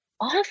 off